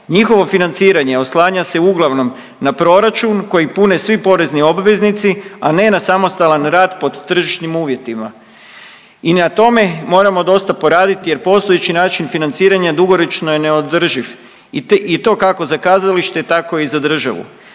Njihovo financiranje oslanja se uglavnom na proračun koji pune svi porezni obveznici, a ne na samostalan rad pod tržišnim uvjetima i na tome moramo dosta poraditi jer postojeći način financiranja dugoročno je neodrživ i to kako za kazalište tako i za državu.